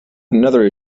another